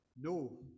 no